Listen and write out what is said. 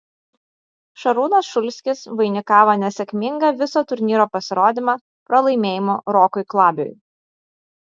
šarūnas šulskis vainikavo nesėkmingą viso turnyro pasirodymą pralaimėjimu rokui klabiui